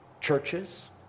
churches